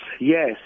yes